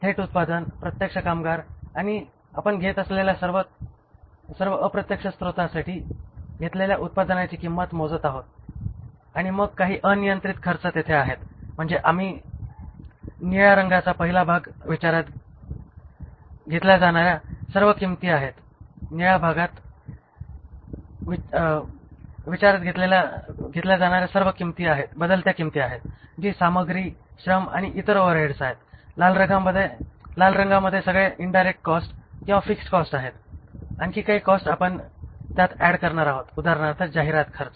थेट उत्पादन प्रत्यक्ष कामगार आणि आपण घेत असलेल्या सर्व अप्रत्यक्ष स्त्रोतांसाठी घेतलेल्या उत्पादनाची किंमत मोजत आहोत आणि मग काही अनियंत्रित खर्च तेथे आहेत म्हणजे आम्ही आहोत निळ्या रंगाचा पहिला भाग विचारात घेतल्या जाणार्या सर्व बदलत्या किंमती आहेत जी सामग्री श्रम आणि इतर ओव्हरहेड आहेत लाल रंगामध्ये सगळे इन्डायरेक्ट कॉस्टस किंवा फिक्स्ड कॉस्टस आहेत आणखी काही कॉस्टस आपण त्यात ऍड करणार आहोत उदाहरणार्थ जाहिरात खर्च